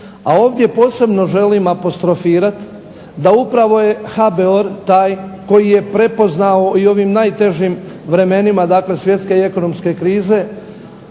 a ovdje posebno želim apostrofirati da upravo je HBOR taj koji je prepoznao i u ovim najtežim vremenima, dakle svjetske i ekonomske krize